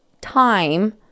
time